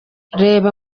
reba